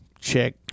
Check